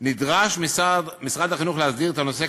נדרש משרד החינוך להסדיר את הנושא,